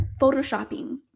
photoshopping